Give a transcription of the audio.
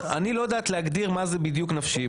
אני לא יודעת להגדיר מה זה בדיוק נפשי,